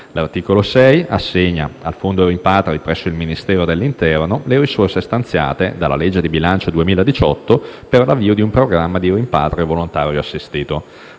L'articolo 6 assegna al fondo rimpatri, istituito presso il Ministero dell'interno, le risorse stanziate dalla legge di bilancio 2018 per l'avvio di un programma di rimpatrio volontario assistito.